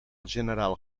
general